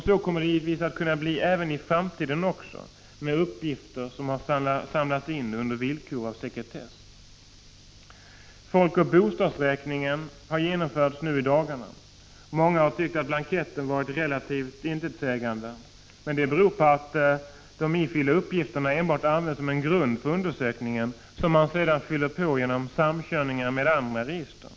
Så kommer givetvis att kunna ske även i framtiden med uppgifter som har samlats in under villkor av sekretess. Folkoch bostadsräkningen har genomförts nu i höst. Många har tyckt att blanketterna var relativt intetsägande. Det beror på att de ifyllda uppgifterna används enbart som en grund för undersökningen, som sedan kompletteras genom samkörningar med andra register.